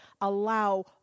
allow